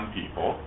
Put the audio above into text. people